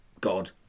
god